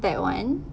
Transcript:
that one